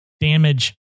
damage